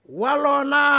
walona